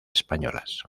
españolas